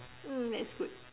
mm that's good